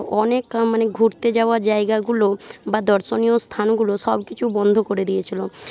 অনেক মানে ঘুরতে যাওয়ার জায়গাগুলো বা দর্শনীয় স্থানগুলো সব কিছু বন্ধ করে দিয়েছিল